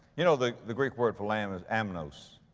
you know the, the greek word for lamb is amnos.